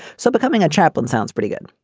so becoming a chaplain sounds pretty good.